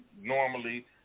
normally